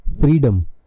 freedom